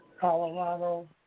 Colorado